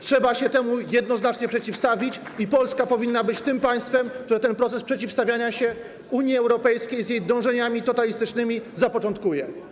Trzeba się temu jednoznacznie przeciwstawić i Polska powinna być tym państwem, które ten proces przeciwstawiania się Unii Europejskiej z jej dążeniami totalistycznymi zapoczątkuje.